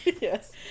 Yes